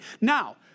Now